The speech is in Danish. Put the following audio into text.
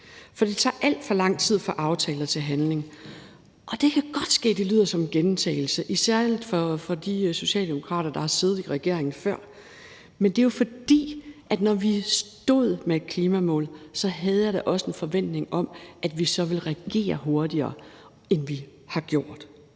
For det tager alt for lang tid fra aftaler til handling. Og det kan godt ske, at det lyder som en gentagelse, særlig for de socialdemokrater, der har siddet i regering før, men det er jo, fordi jeg, da vi stod med et klimamål, da også havde en forventning om, at vi så ville reagere hurtigere, end vi har gjort.